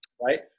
Right